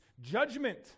judgment